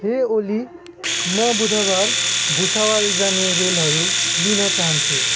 हे ओली म बुधवार भुसावाल जाने रेलहरू लिन चाहन्छु